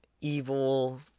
evil